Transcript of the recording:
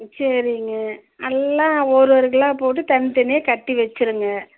சரிங்க எல்லாம் ஒரு ஒரு கிலோ போட்டு தனி தனியாக கட்டி வச்சுருங்க